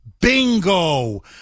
Bingo